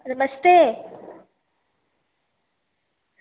नमस्ते